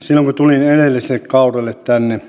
silloin kun tulin edelliselle kaudelle tänne